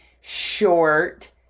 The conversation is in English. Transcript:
short